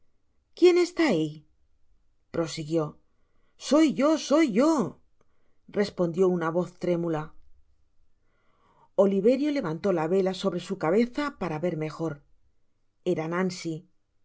quién está ahi prosiguió soy yo soy yo respondió una voz trémula oliverio levantó la vela sobre su cabeza para ver mejor era nancy